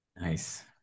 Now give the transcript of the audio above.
Nice